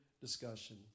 discussion